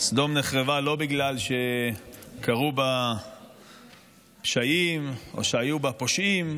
סדום נחרבה לא בגלל שקרו בה פשעים או שהיו בה פושעים,